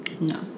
No